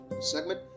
segment